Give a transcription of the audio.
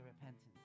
repentance